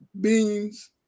beans